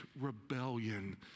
rebellion